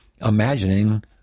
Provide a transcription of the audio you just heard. imagining